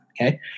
okay